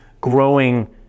growing